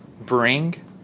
bring